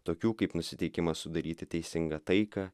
tokių kaip nusiteikimas sudaryti teisingą taiką